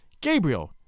Gabriel